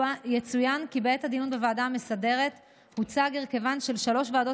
יצוין כי בעת הדיון בוועדה המסדרת הוצג הרכבן של שלוש ועדות